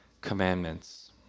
commandments